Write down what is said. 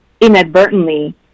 inadvertently